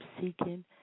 seeking